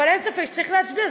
אבל אין ספק שצריך להצביע,